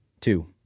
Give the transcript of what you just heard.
Two